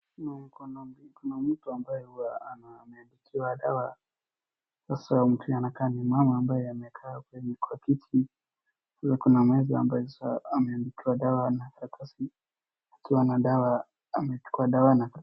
Ni kuna mtu ambaye huwa ameandikiwa dawa. Sasa mtu anakaa ni mama ambaye amekaa kwenye kwa kiti. Hivyo kuna meza ambaye ameandikiwa dawa na karatasi akiwa na dawa. Amechukua dawa na.